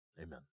Amen